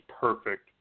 perfect